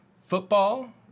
Football